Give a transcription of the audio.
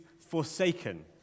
forsaken